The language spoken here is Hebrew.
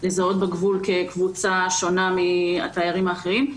לזהות בגבול כקבוצה שונה מהתיירים האחרים.